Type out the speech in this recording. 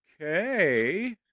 Okay